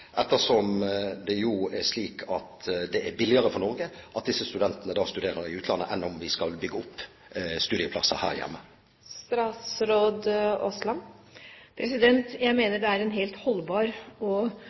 ettersom det jo er slik at det er billigere for Norge at disse studentene studerer i utlandet enn om vi skulle bygge opp studieplasser her hjemme. Jeg mener det er en helt holdbar og